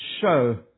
show